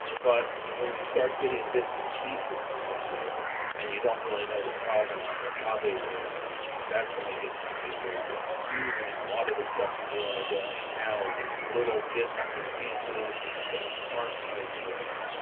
but when you start getting bits and pieces of them and you don't really know the provenance or how they were organized, that's when it gets to be a little bit confusing and a lot of the stuff people wanna donate now are just little bits and pieces that aren't tied together.